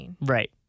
Right